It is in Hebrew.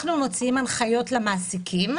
אנחנו מוציאים הנחיות למעסיקים,